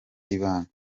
ibanga